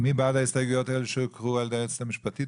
מי בעד ההסתייגויות שהוקראו על ידי היועצת המשפטית?